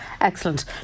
Excellent